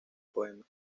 poemas